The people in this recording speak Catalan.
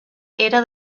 era